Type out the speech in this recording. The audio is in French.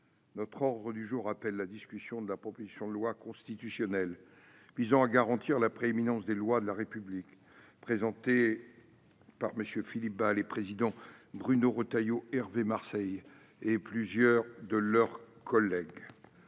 L'ordre du jour appelle la discussion de la proposition de loi constitutionnelle visant à garantir la prééminence des lois de la République, présentée par MM. Philippe Bas, Bruno Retailleau, Hervé Marseille et plusieurs de leurs collègues